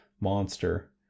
monster